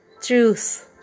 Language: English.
truth